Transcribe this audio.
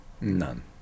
None